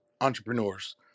entrepreneurs